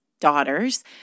daughters